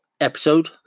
episode